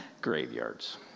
Graveyards